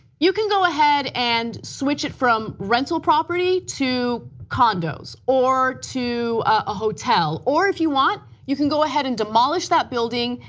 you can go ahead and switch it from rental property to condos, or to a hotel, or if you want you can go ahead and demolish that building,